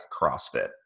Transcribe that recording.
CrossFit